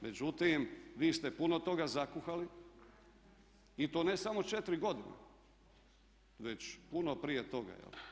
Međutim, vi ste puno toga zakuhali i to ne samo 4 godine već puno prije toga.